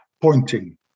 pointing